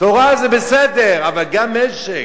תורה זה בסדר, אבל גם משק,